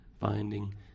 finding